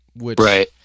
Right